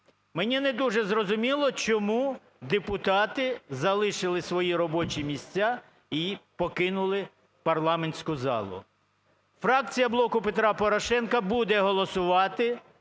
Мені не дуже зрозуміло чому депутати залишили свої робочі міс ця і покинули парламентську залу. Фракція "Блоку Петра Порошенка" буде голосувати